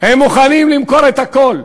הם מוכנים למכור את הכול,